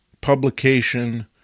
publication